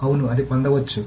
అవును అది పొందవచ్చు